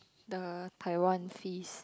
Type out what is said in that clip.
the Taiwan fees